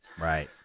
Right